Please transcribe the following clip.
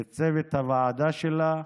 וצוות הוועדה שלה כולם.